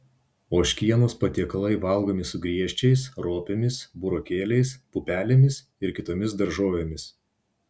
ožkienos patiekalai valgomi su griežčiais ropėmis burokėliais pupelėmis ir kitomis daržovėmis